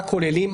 מה כוללים?